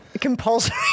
Compulsory